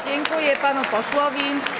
Dziękuję panu posłowi.